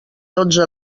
dotze